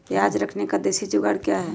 प्याज रखने का देसी जुगाड़ क्या है?